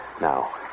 Now